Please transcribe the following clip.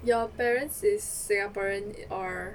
your parents is singaporean or